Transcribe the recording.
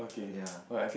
ya